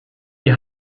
die